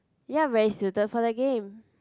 you are very suited for the game